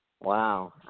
Wow